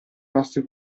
nostri